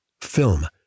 film